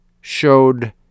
showed